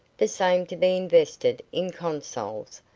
the same to be invested in consols,